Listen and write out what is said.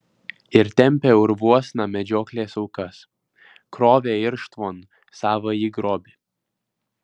ir tempė urvuosna medžioklės aukas krovė irštvon savąjį grobį